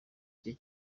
cye